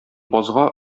базга